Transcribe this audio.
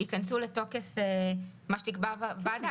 ייכנסו לתוקף כפי שייקבע בוועדה.